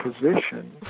position